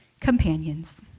Companions